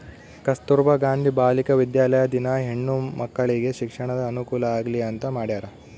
ಕಸ್ತುರ್ಭ ಗಾಂಧಿ ಬಾಲಿಕ ವಿದ್ಯಾಲಯ ದಿನ ಹೆಣ್ಣು ಮಕ್ಕಳಿಗೆ ಶಿಕ್ಷಣದ ಅನುಕುಲ ಆಗ್ಲಿ ಅಂತ ಮಾಡ್ಯರ